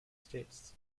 states